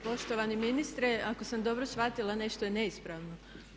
Poštovani ministre ako sam dobro shvatila nešto je neispravno?